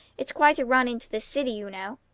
it's quite a run into the city, you know.